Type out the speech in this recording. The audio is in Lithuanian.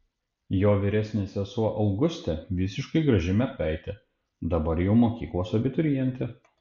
jo vyresnė sesuo augustė visiškai graži mergaitė dabar jau mokyklos abiturientė